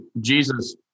Jesus